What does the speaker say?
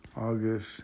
August